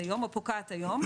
פוקעת היום,